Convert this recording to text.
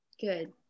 good